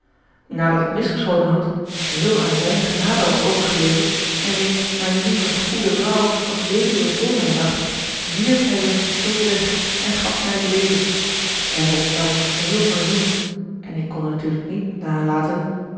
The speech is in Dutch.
nadat ik mis geschoten had geheel aan zijne genade was overgeleverd en reeds mijne lieve goede vrouw als weduwe voor mij zag wierp hij zijne pistool weg en gaf mij het leven wij hebben ons daarop geheel verzoend en ik kon natuurlijk niet nalaten